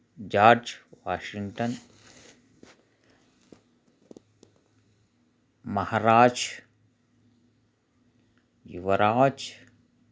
George Washington Maharaj Yuvraj